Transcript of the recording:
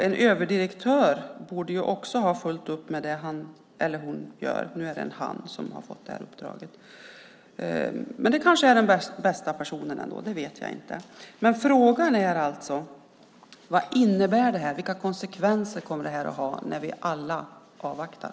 En överdirektör borde också ha fullt upp med det han eller hon gör. Nu är det en han som har fått det här uppdraget, och det kanske är den bästa personen. Det vet jag inte. Men frågan är alltså: Vad innebär detta? Vilka konsekvenser kommer det att få när vi alla avvaktar?